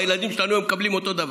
הילדים שלנו היום מקבלים אותו דבר,